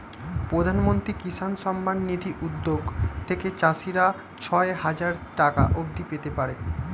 প্রধানমন্ত্রী কিষান সম্মান নিধি উদ্যোগ থেকে চাষিরা ছয় হাজার টাকা অবধি পেতে পারে